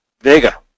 Vega